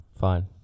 fine